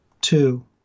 Two